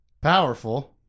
powerful